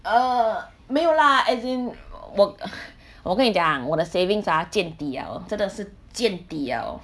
uh 没有啦 as in 我我跟你讲我的 savings ah 见底 liao 真的是见底